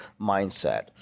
mindset